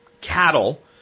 cattle